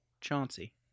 Chauncey